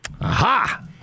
Aha